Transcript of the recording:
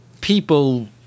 people